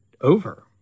over